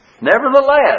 nevertheless